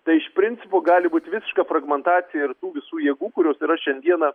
tai iš principo gali būt visiška fragmantacija ir tų visų jėgų kurios yra šiandieną